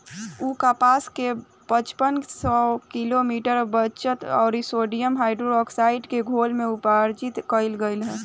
उ कपास के पचपन से पैसठ क्विंटल वजन अउर सोडियम हाइड्रोऑक्साइड के घोल में उपचारित कइल गइल